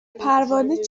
پروانه